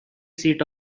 seat